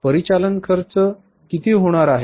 परिचालन खर्च किती होणार आहे